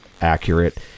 accurate